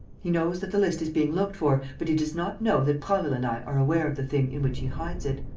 he knows that the list is being looked for, but he does not know that prasville and i are aware of the thing in which he hides it.